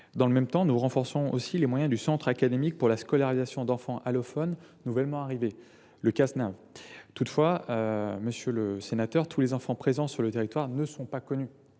Dans le même temps, nous renforçons les moyens du centre académique pour la scolarisation des élèves allophones nouvellement arrivés (Casnav). Toutefois, tous les enfants présents sur le territoire ne sont pas connus